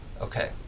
Okay